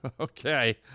Okay